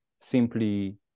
simply